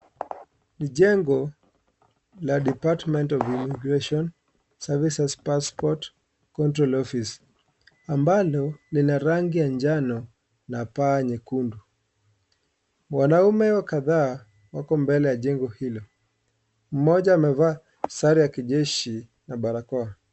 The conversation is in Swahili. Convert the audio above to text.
Ni jengo la department of Immigration services , passport control office ambalo Lina rangi ya njano na paa nyekundu. Wanaume kadhaa wako mbele ya jengo hilo. Mmoja amevaa sare ya kijeshi na barakoa.